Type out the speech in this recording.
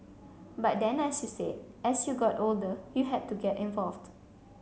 but then as you said as you got older you had to get involved